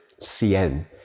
CN